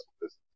business